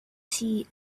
see